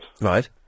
Right